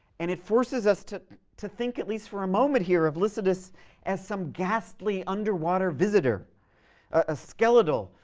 and it forces us to to think, at least for a moment here, of lycidas as some ghastly underwater visitor a skeletal,